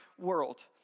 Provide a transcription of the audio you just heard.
world